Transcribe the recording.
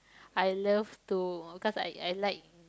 I love to cause I I like